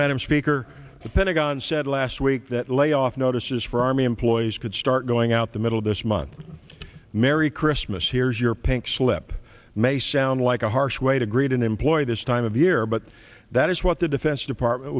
madam speaker the pentagon said last week that layoff notices for army employees could start going out the middle of this month merry christmas here's your pink slip may sound like a harsh way to greet an employer this time of year but that is what the defense department